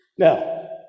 Now